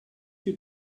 you